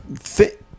fit